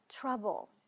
trouble